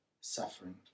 suffering